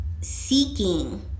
seeking